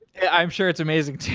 i'm sure it's amazing